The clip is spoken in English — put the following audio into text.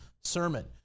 sermon